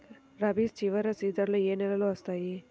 రబీ చివరి సీజన్లో ఏ నెలలు వస్తాయి?